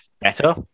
better